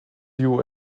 you